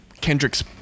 Kendrick's